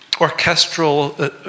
orchestral